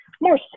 more